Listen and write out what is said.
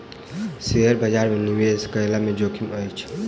share बजार में निवेश करै में जोखिम अछि